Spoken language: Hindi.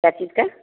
क्या चीज का